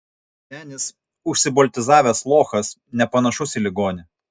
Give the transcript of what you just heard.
senis užsiboltizavęs lochas nepanašus į ligonį